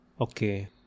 Okay